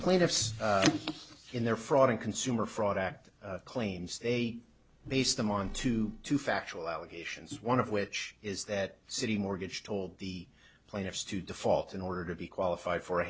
plaintiffs in their fraud and consumer fraud act claims they base them on to two factual allegations one of which is that citi mortgage told the plaintiffs to default in order to be qualified for